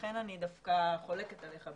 לכן אני דווקא חולקת עליך,